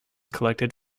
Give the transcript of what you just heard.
collected